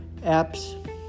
apps